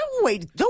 wait